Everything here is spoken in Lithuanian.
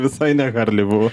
visai ne harley buvo